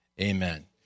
amen